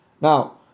Now